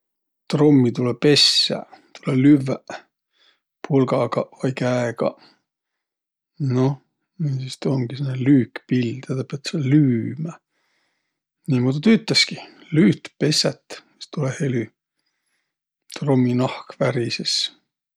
Trummi tulõ pessäq. Tulõ lüvväq pulgagaq vai käegaq. Noh, no ja sis tuu umgi sääne lüükpill, tedä piät sääl lüümä. Niimuudu tüütäski. Lüüt, pessät, sis tulõ helü. Trumminahk värises.